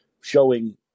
showing